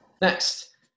Next